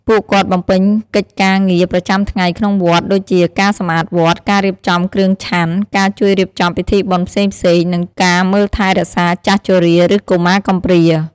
ពួកគាត់បំពេញកិច្ចការងារប្រចាំថ្ងៃក្នុងវត្ត ដូចជាការសម្អាតវត្ត ការរៀបចំគ្រឿងឆាន់ ការជួយរៀបចំពិធីបុណ្យផ្សេងៗ និងការមើលថែរក្សាចាស់ជរា ឬកុមារកំព្រា។